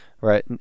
right